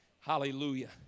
Hallelujah